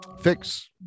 fix